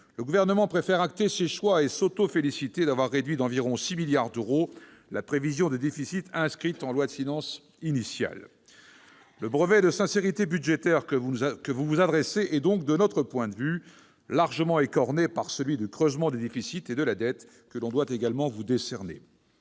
le Gouvernement préfère acter ses choix et se féliciter d'avoir réduit d'environ 6 milliards d'euros la prévision de déficit inscrite en loi de finances initiale. Le brevet de sincérité budgétaire que vous vous adressez est donc, de notre point de vue, largement écorné par celui de creusement des déficits et de la dette, que l'on doit également vous décerner.